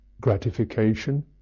gratification